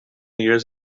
years